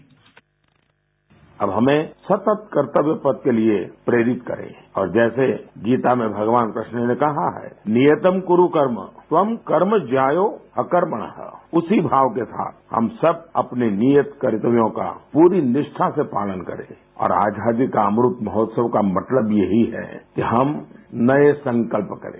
bite प्रधानमंत्री अब हमेंसतत कर्तव्य पथ के लिए प्रेरित करे और जैसे गीता में भगवान कृष्ण ने कहा है नियतं कुरु कर्म त्वं कर्म ज्यायो ह्यकर्मणरू उसी भाव के साथ हम सब अपने नियत कर्तव्यों का पूरी निष्ठा से पालन करें और आजादी का अमृत महोत्सव का मतलब यही है कि हम नए संकल्प करें